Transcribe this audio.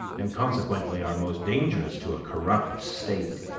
and consequently are most dangerous to a corrupt state,